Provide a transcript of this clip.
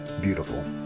beautiful